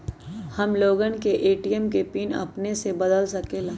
हम लोगन ए.टी.एम के पिन अपने से बदल सकेला?